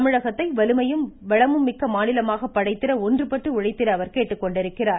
தமிழகத்தை வலிமையும் வளமும் மிக்க மாநிலமாக படைத்திட ஒன்றுபட்டு உழைத்திட அவர் கேட்டுக்கொண்டிருக்கிறார்